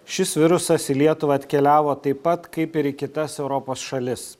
šis virusas į lietuvą atkeliavo taip pat kaip ir į kitas europos šalis